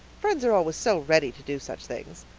friends are always so ready to do such things.